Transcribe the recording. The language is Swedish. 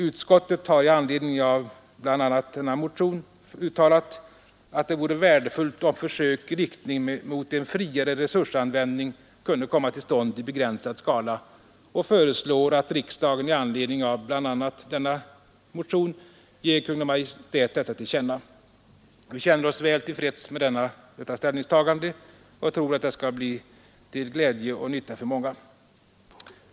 Utskottet har i anledning av bl.a. denna motion uttalat att det vore värdefullt ”om försök i riktning mot en friare resursanvändning kunde komma till stånd i begränsad skala” och hemställer att riksdagen i anledning av bl.a. motionen ger Kungl. Maj:t detta till känna. Vi känner oss väl till freds med detta ställningstagande och tror att det skall bli många till glädje och nytta.